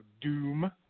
Doom